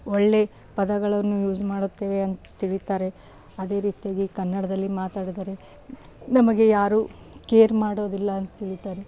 ಒಳ್ಳೆ ಪದಗಳನ್ನು ಯೂಸ್ ಮಾಡುತ್ತೇವೆ ಅಂತ ತಿಳೀತಾರೆ ಅದೇ ರೀತಿಯಾಗಿ ಕನ್ನಡದಲ್ಲಿ ಮಾತಾಡಿದರೆ ನಮಗೆ ಯಾರು ಕೇರ್ ಮಾಡೋದಿಲ್ಲ ಅಂತ ಹೇಳ್ತಾರೆ